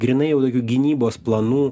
grynai jau tokių gynybos planų